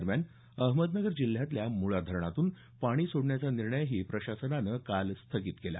दरम्यान अहमदनगर जिल्ह्यातल्या मुळा धरणातून पाणी सोडण्याचा निर्णयही प्रशासनानं काल स्थगित केला